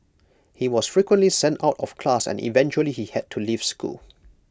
he was frequently sent out of class and eventually he had to leave school